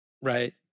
Right